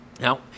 Now